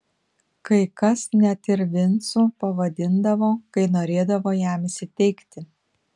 kai kas net ir vincu pavadindavo kai norėdavo jam įsiteikti